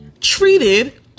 treated